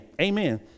Amen